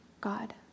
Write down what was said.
God